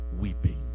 weeping